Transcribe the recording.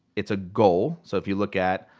it's a goal, so if you look at,